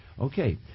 okay